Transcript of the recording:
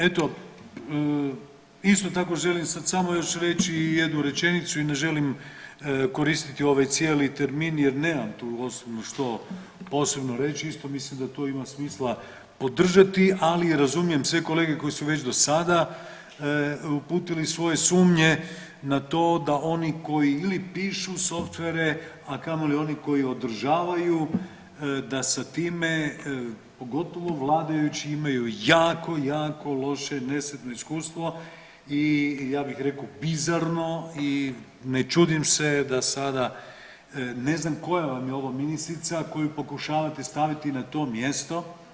Eto, isto tako želim sad samo reći još jednu rečenicu i ne želim koristiti ovaj cijeli termin jer nemam tu osobno što posebno reći, isto mislim da to ima smisla podržati, ali i razumijem sve kolege koji su već do sada uputili svoje sumnje na to da oni koji ili pišu softvere, a kamoli oni koji održavaju da sa time, pogotovo vladajući imaju jako, jako loše i nesretno iskustvo i ja bih rekao bizarno i ne čudim se da sada, ne znam koja vam je ovo ministrica koju pokušavate staviti na to mjesto.